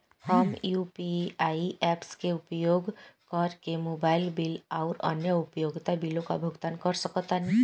हम UPI apps के उपयोग करके मोबाइल बिल आउर अन्य उपयोगिता बिलों का भुगतान कर सकतानी